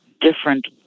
different